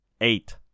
Eight